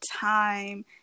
time